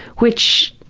which,